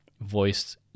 voiced